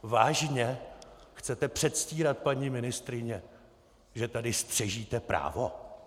Vážně chcete předstírat, paní ministryně, že tady střežíte právo?